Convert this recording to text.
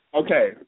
Okay